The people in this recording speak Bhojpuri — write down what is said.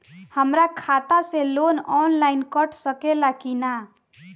हमरा खाता से लोन ऑनलाइन कट सकले कि न?